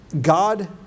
God